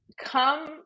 come